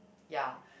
ya